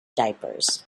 diapers